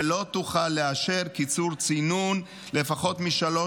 ולא תוכל לאשר קיצור צינון לפחות משלוש